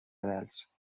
rebels